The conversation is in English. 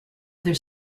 other